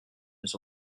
his